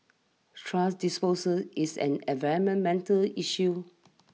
trash disposal is an environmental issue